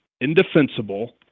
indefensible